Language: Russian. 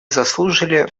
заслушали